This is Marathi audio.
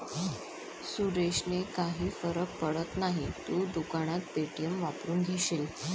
सुरेशने काही फरक पडत नाही, तू दुकानात पे.टी.एम वापरून घेशील